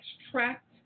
extract